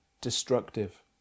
destructive